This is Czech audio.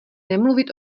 nemluvit